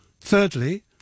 thirdly